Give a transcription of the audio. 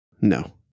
No